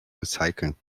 recyceln